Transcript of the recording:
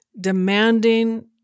demanding